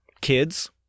kids